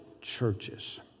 churches